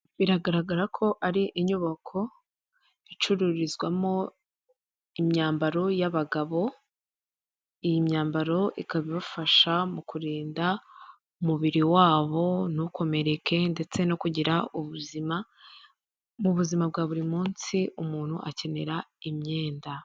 Biragaragara ko ari inyubako icururizwamo imyambaro y'abagabo, iyi myambaro ikaba ibafasha mu kurinda umubiri wabo ntukomereke ndetse no kugira ubuzima. Mu buzima bwa buri munsi umuntu akenera imyenda.